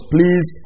Please